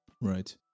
Right